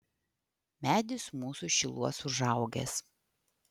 medis mūsų šiluos užaugęs